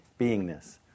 beingness